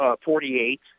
Forty-eight